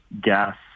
gas